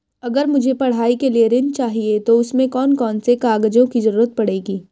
अगर मुझे पढ़ाई के लिए ऋण चाहिए तो उसमें कौन कौन से कागजों की जरूरत पड़ेगी?